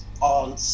on